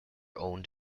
owned